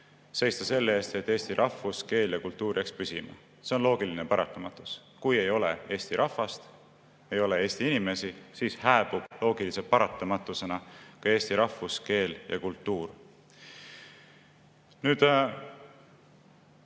seista selle eest, et eesti rahvus, keel ja kultuur jääks püsima. See on loogiline paratamatus. Kui ei ole eesti rahvast, ei ole eesti inimesi, siis hääbub loogilise paratamatusena ka eesti rahvus, keel ja kultuur. Paraku